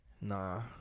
Nah